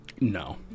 No